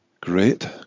great